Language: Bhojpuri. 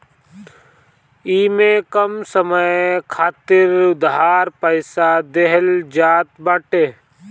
इमे कम समय खातिर उधार पईसा देहल जात बाटे